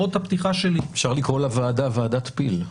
אפשר לקרוא לוועדה "ועדת פיל".